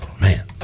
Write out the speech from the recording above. Man